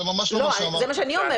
זה מה שאני אומרת.